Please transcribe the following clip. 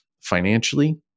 financially